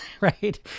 Right